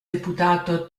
deputato